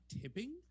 tipping